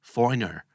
Foreigner